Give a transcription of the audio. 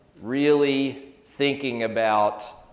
really thinking about